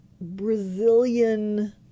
Brazilian